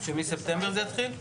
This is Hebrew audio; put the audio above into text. מספטמבר זה יתחיל.